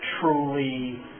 truly